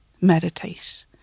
meditate